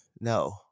No